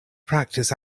practice